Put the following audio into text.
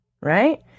right